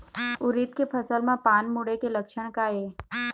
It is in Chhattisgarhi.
उरीद के फसल म पान मुड़े के लक्षण का ये?